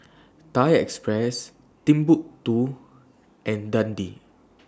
Thai Express Timbuk two and Dundee